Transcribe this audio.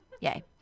Yay